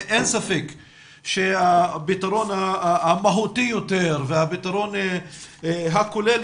אין ספק שהפתרון המהותי יותר והפתרון הכולל